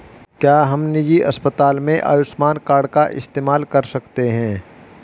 क्या हम निजी अस्पताल में आयुष्मान कार्ड का इस्तेमाल कर सकते हैं?